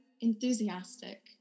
enthusiastic